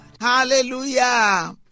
Hallelujah